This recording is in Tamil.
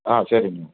ஆ சரிங்க